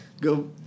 Go